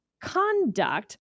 conduct